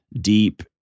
deep